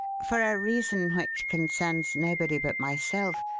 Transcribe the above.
for a reason which concerns nobody but myself,